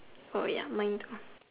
ya mine too